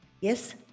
Yes